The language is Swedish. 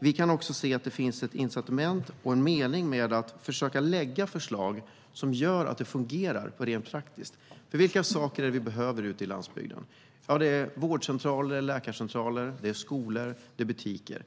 Vi kan också se att det finns ett incitament och en mening i att försöka lägga fram förslag som gör att det fungerar rent praktiskt. Vad behöver vi på landsbygden? Det är vårdcentraler, läkarcentraler, skolor och butiker.